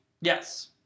Yes